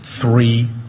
three